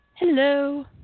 Hello